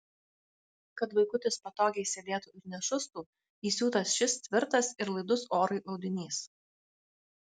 kad vaikutis patogiai sėdėtų ir nešustų įsiūtas šis tvirtas ir laidus orui audinys